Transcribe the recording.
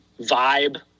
vibe